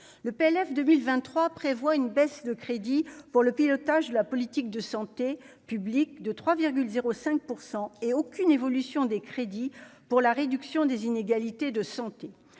le PLF 2023 prévoit une baisse de crédits pour le pilotage de la politique de santé publique de 3 0 5 % et aucune évolution des crédits pour la réduction des inégalités de santé